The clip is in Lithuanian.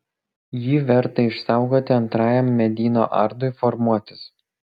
jį verta išsaugoti antrajam medyno ardui formuotis